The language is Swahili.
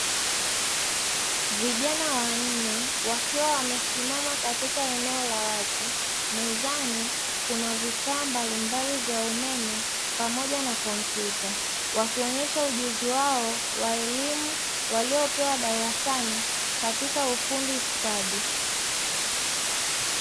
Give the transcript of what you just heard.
Vijana wanne wakiwa wamesimama katika eneo la wazi mezani kuna vifaa mbalimbali vya umeme pamoja na kompyuta, wanaonyesha ujuzi wao waliopewa darasani katika ufundi stadi.